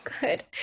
good